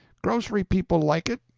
grocery people like it,